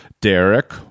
Derek